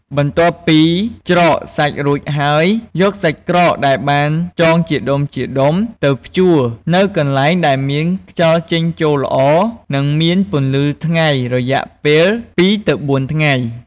បន្ទាប់ពីច្រកសាច់រួចហើយ យកសាច់ក្រកដែលបានចងជាដុំៗ ទៅ ព្យួរនៅកន្លែងដែលមានខ្យល់ចេញចូលល្អ និងមានពន្លឺថ្ងៃ រយៈពេល ២-៤ ថ្ងៃ។